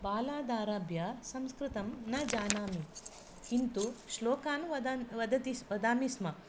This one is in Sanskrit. बालादारभ्य संस्कृतं न जानामि किन्तु श्लोकान् वदान् वदति वदामि स्म